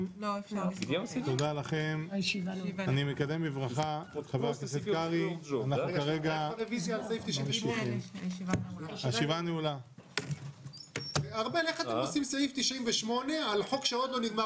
וזה בקשת הממשלה להקדמת דיון בהצעת חוק לקידום